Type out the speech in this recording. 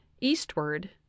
Eastward